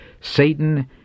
Satan